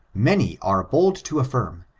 many are bold to afgrm,